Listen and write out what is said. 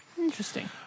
Interesting